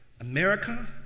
America